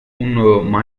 nuevo